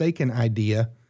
idea